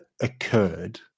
occurred